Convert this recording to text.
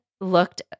looked